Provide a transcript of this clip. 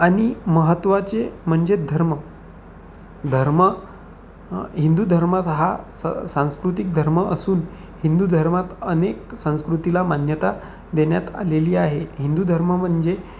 आणि महत्त्वाचे म्हणजे धर्म धर्म हिंदू धर्मात हा स सांस्कृतिक धर्म असून हिंदू धर्मात अनेक संस्कृतीला मान्यता देण्यात आलेली आहे हिंदू धर्म म्हणजे